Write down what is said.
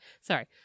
Sorry